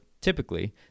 typically